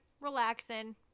relaxing